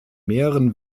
mehreren